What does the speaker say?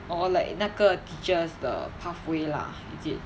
orh like 那个 teachers 的 pathway lah is it